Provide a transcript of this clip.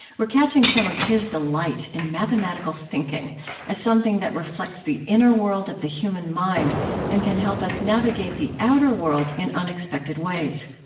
we're catching some of his delight in mathematical thinking as something that reflects the inner world of the human mind and can help us navigate the outer world in unexpected ways.